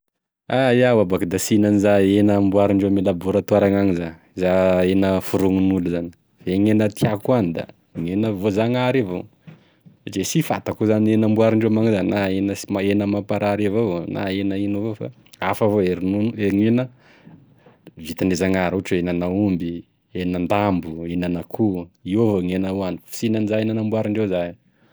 Iaho abako da sy hihina aniza hena amboarindreo ame laboratoara gnagny za, iza hena forognon'e olo zany fa e hena tiako hoagny da gne hena voajagnahary evao, satria sy fantako izany hena amboarindreo amignagny zany na hena sy- mamparary evao na hena ino evao, fa hafa vao e ronono hena vitan'e zagnahary, ohatra hoe henan'aomby, henan-dambo, henan'akoho io evao gn'hena hoaniko fa sy hihina an'izany hena namboarindreo zany iaho.